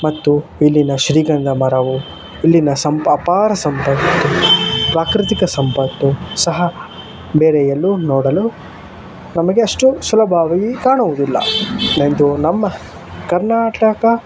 ಮತ್ತು ಇಲ್ಲಿನ ಶ್ರೀಗಂಧ ಮರವು ಇಲ್ಲಿನ ಸಂಪ್ ಅಪಾರ ಸಂಪತ್ತು ಪ್ರಾಕೃತಿಕ ಸಂಪತ್ತು ಸಹ ಬೇರೆ ಎಲ್ಲೂ ನೋಡಲು ನಮಗೆ ಅಷ್ಟು ಸುಲಭವಾಗಿ ಕಾಣುವುದಿಲ್ಲ ಎಂದು ನಮ್ಮ ಕರ್ನಾಟಕ